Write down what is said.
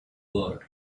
birds